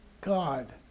God